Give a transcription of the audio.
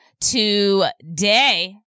today